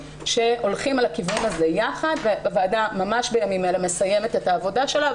שהולכים על הכיוון הזה יחד והוועדה ממש בימים אלה מסיימת את העבודה שלה.